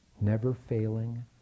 never-failing